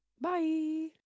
bye